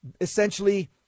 essentially